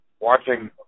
Watching